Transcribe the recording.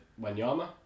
Wanyama